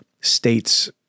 states